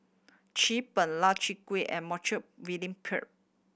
Chin Peng Lau Chiap Khai and Montague William Pett